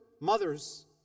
mothers